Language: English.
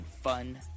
fun